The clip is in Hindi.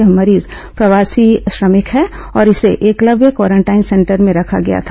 यह मरीज प्रवासी श्रमिक है और इसे एकलव्य क्वारेंटाइन सेंटर में रखा गया था